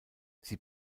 sie